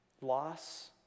Loss